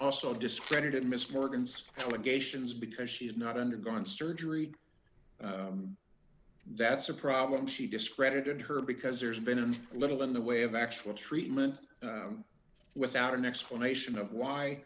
also discredited mrs morgan's allegations because she had not undergone surgery that's a problem she discredited her because there's been little in the way of actual treatment without an explanation of why